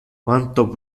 quanto